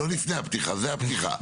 לא לפני הפתיחה, זו הפתיחה.